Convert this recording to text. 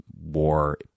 war